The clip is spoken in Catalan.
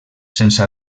sense